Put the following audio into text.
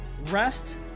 Rest